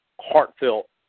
heartfelt